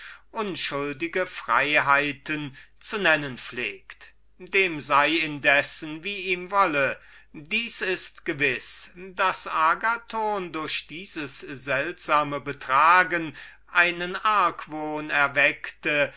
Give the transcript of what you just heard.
unschuldige freiheiten zu nennen pflegt dem sei inzwischen wie ihm wolle so ist gewiß daß agathon durch dieses seltsame bezeugen einen argwohn erweckte